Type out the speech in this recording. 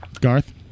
Garth